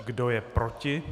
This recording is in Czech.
Kdo je proti?